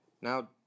Now